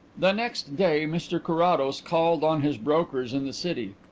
the next day mr carrados called on his brokers in the city.